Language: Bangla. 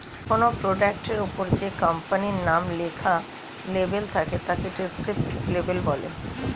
কোনো প্রোডাক্টের ওপরে যে কোম্পানির নাম লেখা লেবেল থাকে তাকে ডেসক্রিপটিভ লেবেল বলে